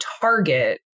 target